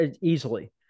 Easily